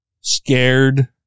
scared